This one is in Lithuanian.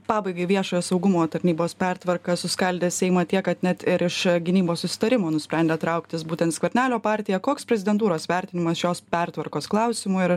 pabaigai viešojo saugumo tarnybos pertvarka suskaldė seimą tiek kad net ir iš gynybos susitarimo nusprendė trauktis būtent skvernelio partija koks prezidentūros vertinimas šios pertvarkos klausimu ir